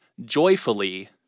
Joyfully